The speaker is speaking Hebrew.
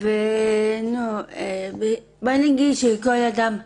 בואו נגיד שלכל אדם אחר,